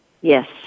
Yes